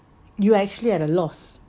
you are actually at a loss